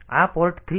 તેથી આ પોર્ટ 3